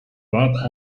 but